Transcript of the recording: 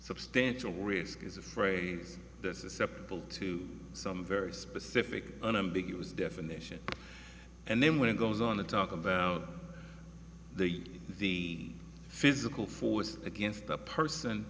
substantial risk is a phrase that susceptible to some very specific unambiguous definition and then when it goes on the talk of the the physical force against the person